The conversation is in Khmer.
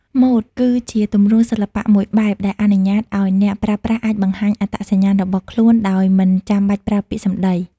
ម៉ូដគឺជាទម្រង់សិល្បៈមួយបែបដែលអនុញ្ញាតឲ្យអ្នកប្រើប្រាស់អាចបង្ហាញអត្តសញ្ញាណរបស់ខ្លួនដោយមិនចាំបាច់ប្រើពាក្យសំដី។